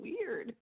weird